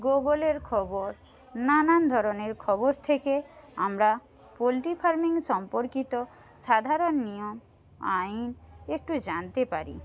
গুগলের খবর নানান ধরনের খবর থেকে আমরা পোলট্রি ফার্মিং সম্পর্কিত সাধারণ নিয়ম আইন একটু জানতে পারি